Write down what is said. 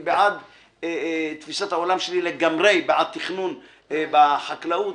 תפישת עולמי לגמרי בעניין תכנון בחקלאות.